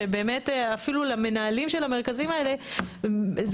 שבאמת אפילו למנהלים של המרכזים האלה זה